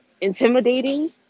intimidating